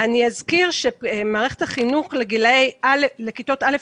אני אזכיר שמערכת החינוך לכיתות א'